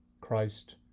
Christ